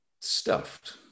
stuffed